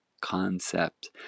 concept